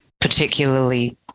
particularly